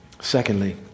Secondly